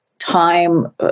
time